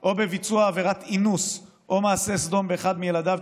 או בביצוע עבירת אינוס או מעשה סדום באחד מילדיו,